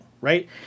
right